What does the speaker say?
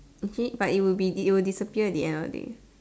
okay but it would be it'll disappear at the end of the day